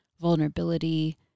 vulnerability